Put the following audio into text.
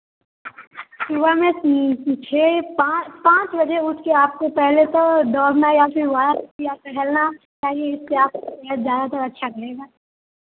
सुबह में छः पा पाँच बजे उठकर आपको पहले तो दौड़ना या फिर वॉक या टहलना चाहिए इससे आपका सेहत ज़्यादातर अच्छा रहेगा